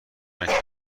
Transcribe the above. قربانی